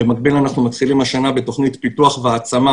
במקביל אנחנו מתחילים השנה בתוכנית פיתוח והעצמה